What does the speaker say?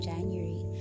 January